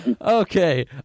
Okay